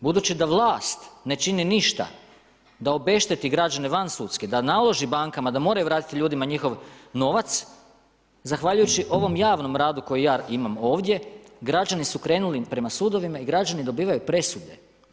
Budući da vlast ne čini ništa da obešteti građane vansudski, da naloži bankama da moraju vratiti ljudima njihov nova zahvaljujući ovom javnom radu koji ja imam ovdje, građani su krenuli prema sudovima i građani dobivaju presude.